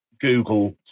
Google